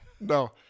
No